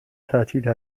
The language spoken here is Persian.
تعطیل